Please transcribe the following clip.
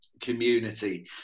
community